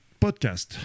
podcast